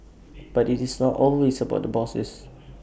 but IT is not always about the bosses